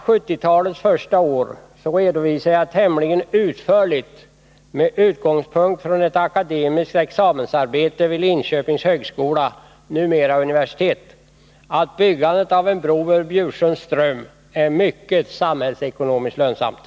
jag tämligen utförligt med utgångspunkt i ett akademiskt examensarbete vid Linköpings högskola — numera universitet — att byggandet av en bro över Bjursundsström samhällsekonomiskt skulle vara mycket lönsamt.